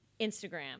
instagram